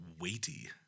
weighty